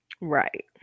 Right